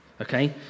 okay